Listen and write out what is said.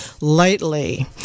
lightly